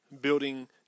building